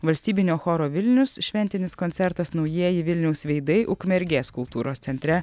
valstybinio choro vilnius šventinis koncertas naujieji vilniaus veidai ukmergės kultūros centre